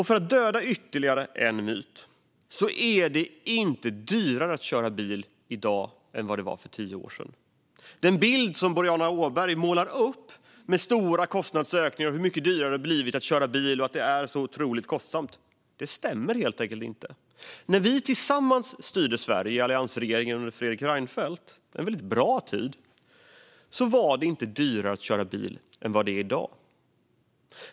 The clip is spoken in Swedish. För att döda ytterligare en myt så är det inte dyrare att köra bil i dag än det var för tio år sedan. Den bild som Boriana Åberg målar upp av stora kostnadsökningar och hur mycket dyrare det har blivit att köra bil stämmer helt enkelt inte. När vi tillsammans styrde Sverige i alliansregeringen under Fredrik Reinfeldt - det var en väldigt bra tid - var det inte billigare att köra bil än det är i dag.